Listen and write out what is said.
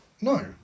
No